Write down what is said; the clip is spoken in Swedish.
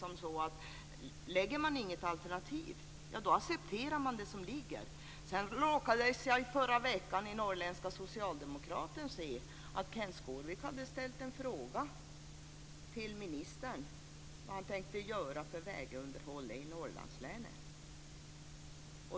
Om man inte lägger fram något alternativ uppfattar jag det som om man accepterar det förslag som finns. Jag råkade i förra veckan i Norrländska Socialdemokraten se att Kenth Skårvik hade ställt en fråga till ministern om vad han tänkte göra för vägunderhållet i Norrlandslänen.